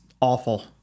awful